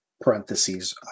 parentheses